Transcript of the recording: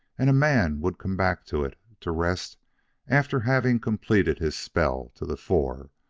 and a man would come back to it to rest after having completed his spell to the fore,